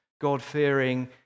God-fearing